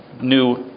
new